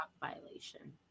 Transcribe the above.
violation